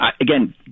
again